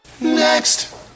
Next